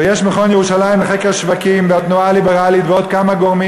ויש מכון ירושלים לחקר שווקים והתנועה הליברלית ועוד כמה גורמים